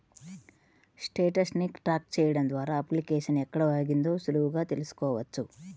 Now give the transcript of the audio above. status ని track చెయ్యడం ద్వారా అప్లికేషన్ ఎక్కడ ఆగిందో సులువుగా తెల్సుకోవచ్చు